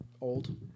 Old